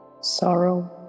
sorrow